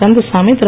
Kandasamy Thiru